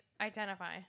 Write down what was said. identify